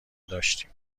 داشتیم